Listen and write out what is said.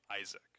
Isaac